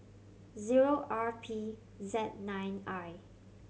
zero R P Z nine I